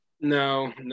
No